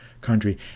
country